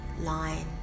line